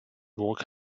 burg